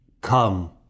Come